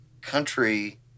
country